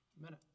minutes